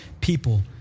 people